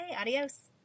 Adios